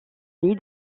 nid